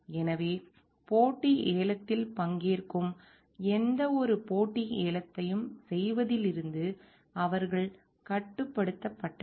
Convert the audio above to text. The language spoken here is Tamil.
எனவே போட்டி ஏலத்தில் பங்கேற்கும் எந்தவொரு போட்டி ஏலத்தையும் செய்வதிலிருந்து அவர்கள் கட்டுப்படுத்தப்பட்டனர்